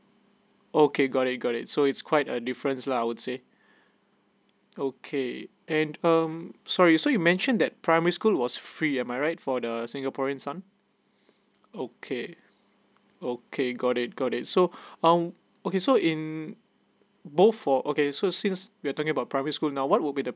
okay got it got it so it's quite a difference lah I would say okay and um sorry so you mentioned that primary school was free am I right for the singaporean son okay okay got it got it so um okay so in both for okay so since we're talking about primary school now what would be the